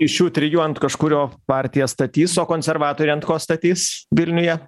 iš šių trijų ant kažkurio partija statys o konservatoriai ant ko statys vilniuje